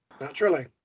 Naturally